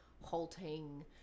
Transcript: halting